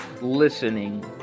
listening